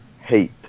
hate